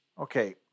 Okay